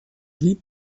lit